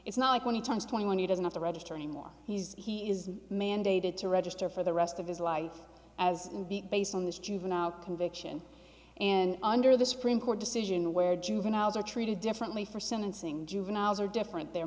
it's not like when he turns twenty one he doesn't have to register anymore he is mandated to register for the rest of his life as being based on this juvenile conviction and under the supreme court decision where juveniles are treated differently for sentencing juveniles are different the